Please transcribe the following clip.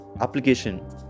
application